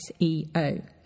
SEO